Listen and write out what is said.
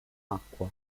acqua